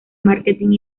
marketing